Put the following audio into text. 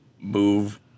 move